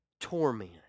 torment